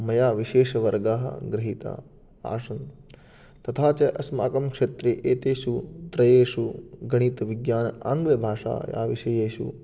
मया विशेषवर्गः गृहीतः आसन् तथा च अस्माकं क्षेत्रे एतेषु त्रयेषु गणितविज्ञान आङ्ग्लभाषाविषयेषु